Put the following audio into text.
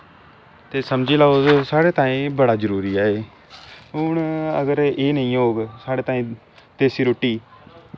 ते समझी लैओ साढ़ै तांई बड़ा जरूरी ऐ एह् हून अगर एह् नेंई होग लाढ़े तंई देस्सी रुट्टी